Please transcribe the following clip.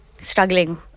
Struggling